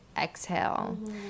exhale